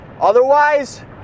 Otherwise